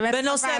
באמת חבל,